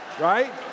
right